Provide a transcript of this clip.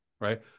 right